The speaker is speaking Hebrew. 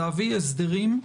להביא הסדרים.